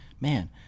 man